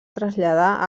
traslladar